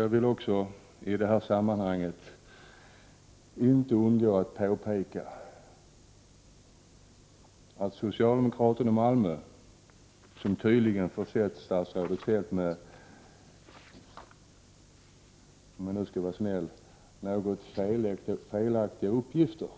Jag vill i det här sammanhanget inte heller underlåta att påpeka att socialdemokraterna i Malmö — som tydligen försett statsrådet Feldt med, om jag skall vara snäll, något felaktiga uppgifter